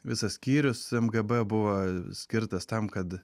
visas skyrius mgb buvo skirtas tam kad